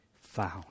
found